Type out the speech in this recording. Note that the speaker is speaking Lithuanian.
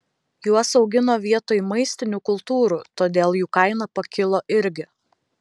juos augino vietoj maistinių kultūrų todėl jų kaina pakilo irgi